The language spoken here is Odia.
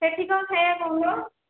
ସେଇଠି କ'ଣ ଖାଇବା କହୁନୁ